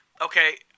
Okay